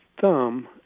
thumb